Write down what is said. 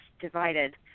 divided